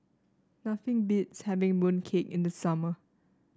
nothing beats having mooncake in the summer